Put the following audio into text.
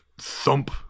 thump